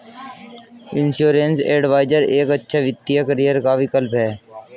insurance adviser एक अच्छा वित्तीय करियर का विकल्प है